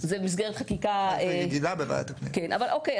בסדר,